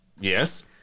Yes